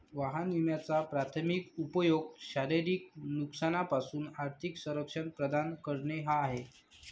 वाहन विम्याचा प्राथमिक उपयोग शारीरिक नुकसानापासून आर्थिक संरक्षण प्रदान करणे हा आहे